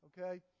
okay